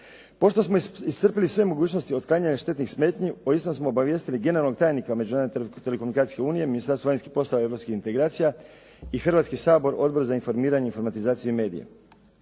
Pošto smo iscrpli sve mogućnosti otklanjanja štetnih smetnji o istom smo obavijestili generalnog tajnika Međunarodne telekomunikacijske unije, Ministarstva vanjskih poslova i europskih integracija i Hrvatski sabor, Odbor za informiranje, informatizaciju i medije.